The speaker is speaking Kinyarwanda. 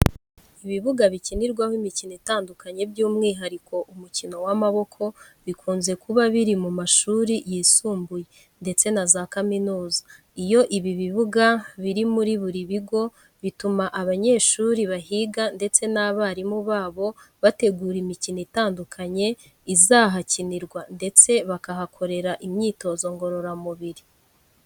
Ibibuga bikinirwaho imikino itandukanye by'umwuhariko umukino w'amaboko bikunze kuba biri mu mashuri yisumbuye ndetse na za kaminuza. Iyo ibi bibuga buri muri ibi bigo, bituma abanyeshuri bahiga ndetse n'abarimu babo bategura imikino itandukanye izahakinirwa ndetse bakanahakorera imyitozo ngororamubiri.